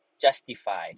justified